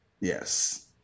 Yes